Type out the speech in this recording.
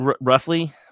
roughly